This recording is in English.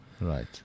Right